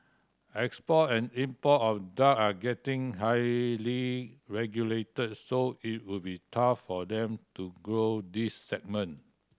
export and import of drug are getting highly regulated so it would be tough for them to grow this segment